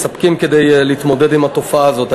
מספקים כדי להתמודד עם התופעה הזאת.